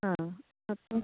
ആ അപ്പോൾ